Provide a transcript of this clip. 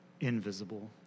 invisible